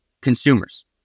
consumers